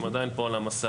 הם עדיין פה על המסך.